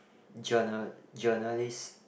journal journalist